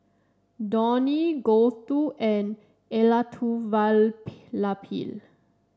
Dhoni Gouthu and Elattuvalapil